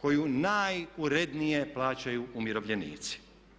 koju najurednije plaćaju umirovljenici.